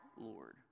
Lord